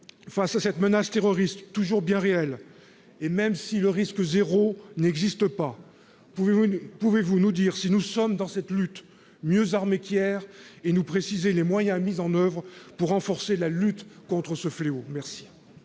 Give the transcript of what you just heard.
face à cette menace terroriste toujours bien réel, et même si le risque 0 n'existe pas, pouvez vous ne pouvez-vous nous dire si nous sommes dans cette lutte mieux armé qu'hier et nous préciser les moyens mis en oeuvre pour renforcer la lutte contre ce fléau,